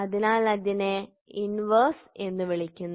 അതിനാൽ അതിനെ ഇൻവെർസ് എന്ന് വിളിക്കുന്നു